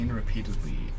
repeatedly